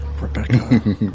Rebecca